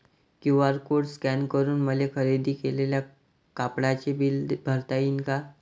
QR code scan करून मले खरेदी केलेल्या कापडाचे बिल भरता यीन का?